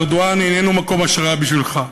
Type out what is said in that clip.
וארדואן איננו מקור השראה בשבילך,